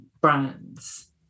brands